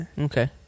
okay